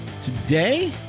today